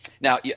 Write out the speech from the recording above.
now